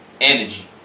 energy